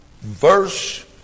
Verse